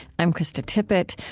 i'm krista tippett.